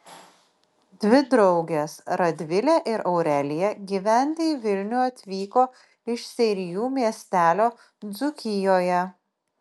dvi draugės radvilė ir aurelija gyventi į vilnių atvyko iš seirijų miestelio dzūkijoje